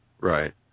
Right